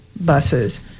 buses